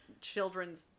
children's